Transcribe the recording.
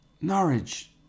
Norwich